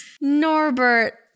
Norbert